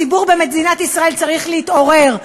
הציבור במדינת ישראל צריך להתעורר.